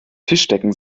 tischdecken